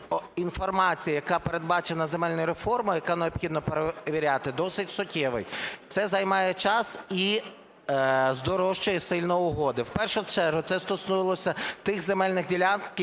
інформація, яка передбачена земельною реформую, яку необхідно перевіряти, досить суттєвий, це займає час і здорожчує сильно угоди. В першу чергу це стосувалося тих земельних ділянок,